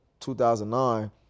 2009